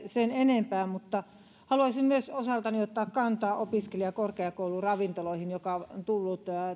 sen enempää mutta haluaisin myös osaltani ottaa kantaa opiskelija ja korkeakouluravintoloihin mikä on tullut